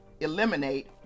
eliminate